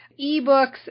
ebooks